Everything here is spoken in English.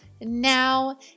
now